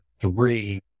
three